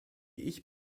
ich